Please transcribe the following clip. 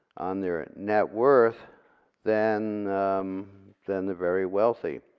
on their net worth than than the very wealthy.